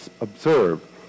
observe